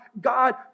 God